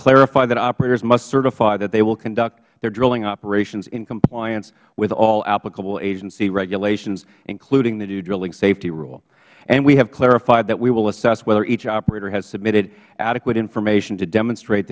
clarified that operators must certify that they will conduct their drilling operations in compliance with all applicable agency regulations including the new drilling safety rule and we have clarified that we will assess whether each operator has submitted adequate information to demonstrate